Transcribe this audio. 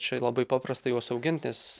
čia labai paprasta juos auginti nes